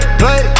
play